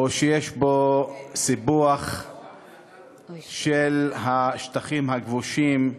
או שאין בו סיפוח של השטחים הכבושים.